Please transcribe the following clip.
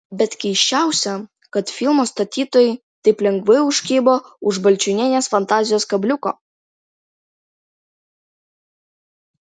bet keisčiausia kad filmo statytojai taip lengvai užkibo už balčiūnienės fantazijos kabliuko